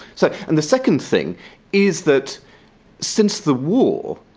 so and the second thing is that since the war,